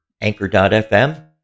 anchor.fm